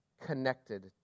connected